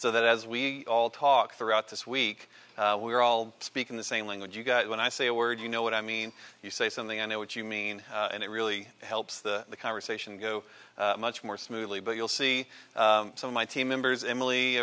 so that as we all talked throughout this week we're all speaking the same language you got when i say a word you know what i mean you say something i know what you mean and it really helps the conversation go much more smoothly but you'll see some of my team members emily